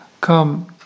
come